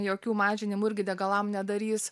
jokių mažinimų irgi degalam nedarys